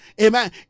amen